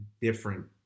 different